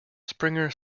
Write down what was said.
springer